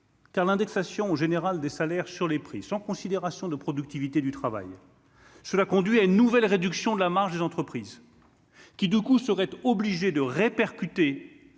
car l'indexation générale des salaires sur les prix, sans considération de productivité du travail. Cela conduit à une nouvelle réduction de la marche des entreprises qui, du coup, seraient obligés de répercuter